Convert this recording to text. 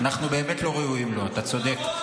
אנחנו באמת לא ראויים לו, אתה צודק.